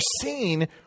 seen